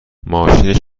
ماشین